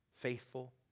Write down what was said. faithful